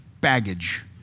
baggage